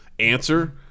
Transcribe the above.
answer